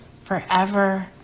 forever